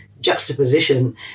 juxtaposition